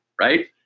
right